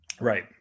right